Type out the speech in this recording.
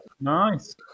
Nice